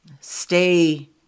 stay